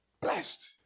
Blessed